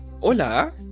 Hola